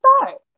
start